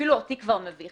אפילו אותי כבר מביך